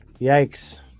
Yikes